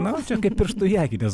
na čia kaip pirštu į akį kas